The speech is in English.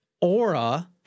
aura